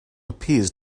appears